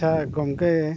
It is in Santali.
ᱟᱪᱪᱷᱟ ᱜᱚᱢᱠᱮ